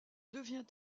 devint